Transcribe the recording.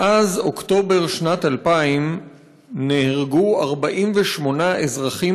מאז אוקטובר בשנת 2000 נהרגו 48 אזרחים